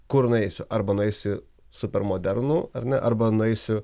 kur nueisiu arba nueisiu supermodernų ar ne arba nueisiu